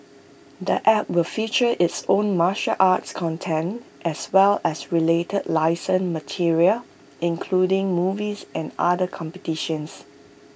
the app will feature its own martial arts content as well as related licensed material including movies and other competitions